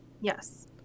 Yes